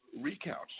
recounts